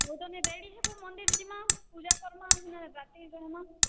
ହେଉ ତୁମେ ରେଡ଼ି ହେବ ମନ୍ଦିର ଯିମା ପୁଜା କରମା ଆର୍ ରାତି ରହମା